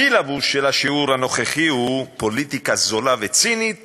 הסילבוס של השיעור הנוכחי הוא: פוליטיקה זולה וצינית